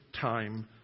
time